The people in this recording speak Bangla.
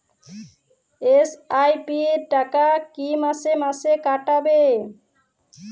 এস.আই.পি র টাকা কী মাসে মাসে কাটবে?